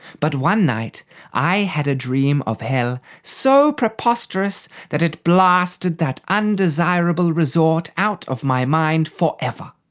but one night i had a dream of hell so preposterous that it blasted that undesirable resort out of my mind for ever.